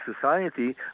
society